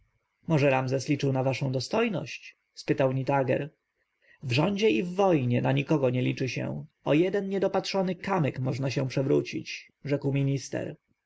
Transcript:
może ramzes liczył na waszą dostojność spytał nitager w rządzie i wojnie na nikogo nie liczy się o jeden niedopatrzony kamyk można się przewrócić rzekł minister